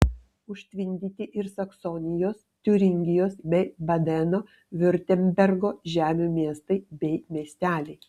užtvindyti ir saksonijos tiuringijos bei badeno viurtembergo žemių miestai bei miesteliai